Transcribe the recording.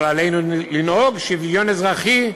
אבל עלינו לנהוג שוויון אזרחי,